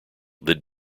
that